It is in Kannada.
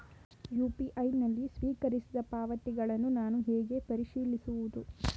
ಯು.ಪಿ.ಐ ನಲ್ಲಿ ಸ್ವೀಕರಿಸಿದ ಪಾವತಿಗಳನ್ನು ನಾನು ಹೇಗೆ ಪರಿಶೀಲಿಸುವುದು?